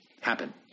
happen